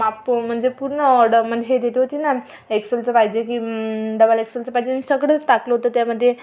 माप म्हणजे पूर्ण ऑड म्हणजे दिली होती ना एक्सलचं पाहिजे की डबल एक्सलचं पाहिजे सगळंच टाकलं होतं त्यामध्ये